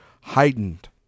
heightened